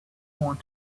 want